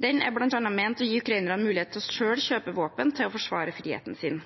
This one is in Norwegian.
Den er bl.a. ment å gi ukrainerne mulighet til selv å kjøpe våpen til å forsvare friheten sin.